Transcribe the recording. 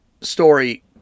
story